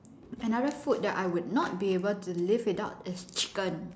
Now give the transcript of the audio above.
another food that I would not be able to live without is chicken